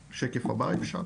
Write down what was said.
(שקף: נתוני מפתח).